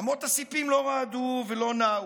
אמות הסיפים לא רעדו ולא נעו.